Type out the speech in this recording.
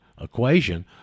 equation